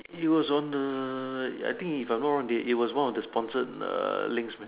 it was on a I think if I'm not wrong they it was one of the sponsored uh links man